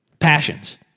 Passions